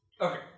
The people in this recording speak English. Okay